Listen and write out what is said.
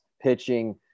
pitching